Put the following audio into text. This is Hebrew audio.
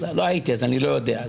לא הייתי אז, אני לא יודע.